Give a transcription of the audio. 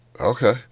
Okay